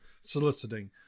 soliciting